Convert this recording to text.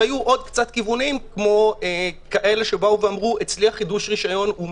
היו עוד כיוונים כמו אלה שאמרו: אצלי חידוש הרשיון מאוד